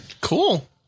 Cool